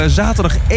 zaterdag